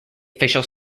official